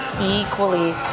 equally